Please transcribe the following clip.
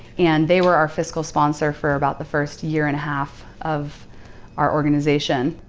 and they were our fiscal sponsor for about the first year and a half of our organisation.